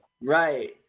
Right